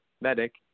medic